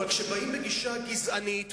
אבל כשבאים בגישה גזענית,